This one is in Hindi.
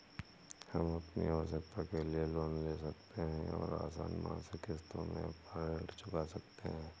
हम अपनी आवश्कता के लिए लोन ले सकते है और आसन मासिक किश्तों में अपना ऋण चुका सकते है